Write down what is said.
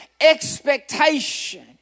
expectation